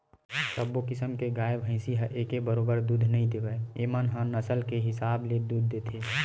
सब्बो किसम के गाय, भइसी ह एके बरोबर दूद नइ देवय एमन ह नसल के हिसाब ले दूद देथे